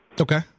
Okay